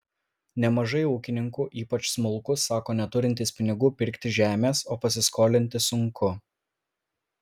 nemažai ūkininkų ypač smulkūs sako neturintys pinigų pirkti žemės o pasiskolinti sunku